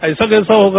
ऐसा कैसे होगा